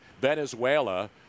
venezuela